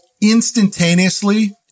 instantaneously